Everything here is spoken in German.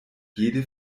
jede